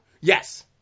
Yes